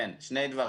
כן, שני דברים.